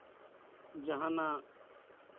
ᱡᱟᱦᱟᱸᱱᱟᱜ